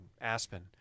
Aspen